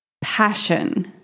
passion